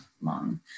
long